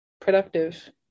productive